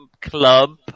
Club